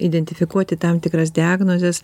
identifikuoti tam tikras diagnozes